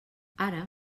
ara